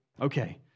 Okay